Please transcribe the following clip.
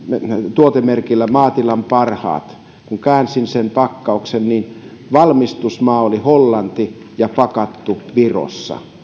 tuotemerkillä maatilan parhaat kun käänsin sen pakkauksen niin valmistusmaa oli hollanti ja se oli pakattu virossa